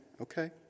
okay